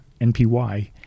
NPY